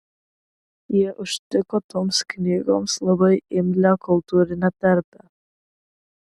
jie užtiko toms knygoms labai imlią kultūrinę terpę